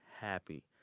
happy